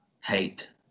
hate